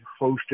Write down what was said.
hosted